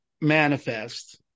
manifest